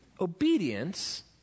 obedience